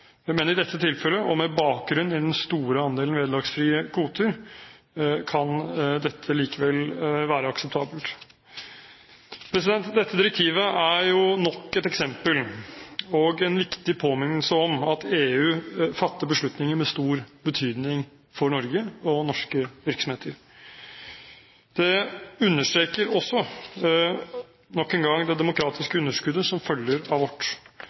med bakgrunn i den store andelen vederlagsfrie kvoter – at dette likevel kan være akseptabelt. Dette direktivet er nok et eksempel og en viktig påminnelse om at EU fatter beslutninger med stor betydning for Norge og norske virksomheter. Det understreker også nok en gang det demokratiske underskuddet som følger av vårt